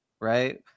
right